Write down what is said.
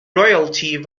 royalty